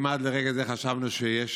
אם עד לרגע זה חשבנו שיש